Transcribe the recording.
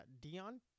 Dion